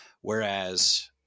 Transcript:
Whereas